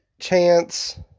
chance